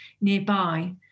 nearby